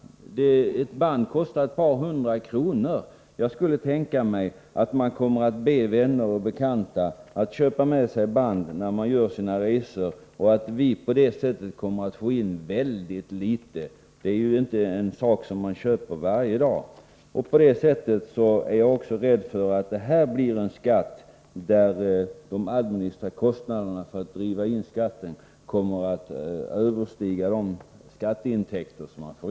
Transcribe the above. Ett band kostar ett par hundra kronor. Jag kan tänka mig att människor kommer att be vänner och bekanta att köpa med sig band när de gör sina resor och att vi på det sättet kommer att få in mycket litet skattevägen. Dylika kassettband är inte en sak som man köper varje dag. Jag är därför också rädd för att det här blir en skatt där de administrativa kostnaderna för att driva in skatten kommer att överstiga de skatteintäkter man får.